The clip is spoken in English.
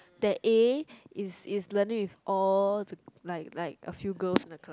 that A is learning with all like like the few girl in car